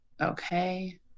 okay